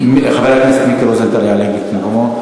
אנחנו החלפנו, מיקי יעלה במקומי.